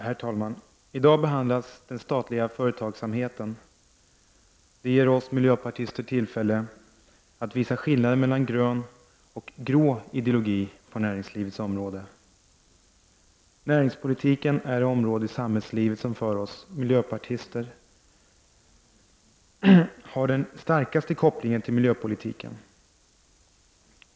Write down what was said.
Herr talman! I dag behandlas den statliga företagsamheten. Det ger oss miljöpartister tillfälle att visa skillnaden mellan grön och grå ideologi på näringslivets område. Näringspolitiken är det område i samhällslivet som för oss miljöpartister har den starkaste kopplingen till miljöpolitiken.